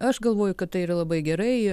aš galvoju kad tai yra labai gerai